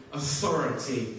authority